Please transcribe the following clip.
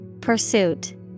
Pursuit